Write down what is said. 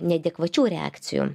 neadekvačių reakcijų